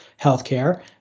healthcare